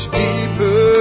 deeper